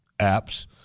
apps